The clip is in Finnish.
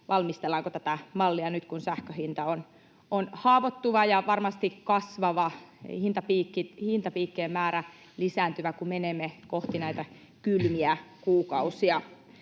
valmistellaanko tätä mallia nyt, kun sähkön hinta on haavoittuva ja varmasti kasvava, hintapiikkien määrä lisääntyvä, kun menemme kohti näitä kylmiä kuukausia.